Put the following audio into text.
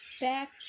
back